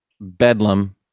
Bedlam